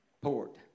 port